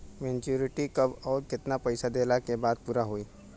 Maturity कब आउर केतना पईसा देहला के बाद पूरा होई?